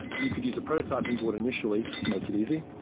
you could use a prototyping board initially to make it easy.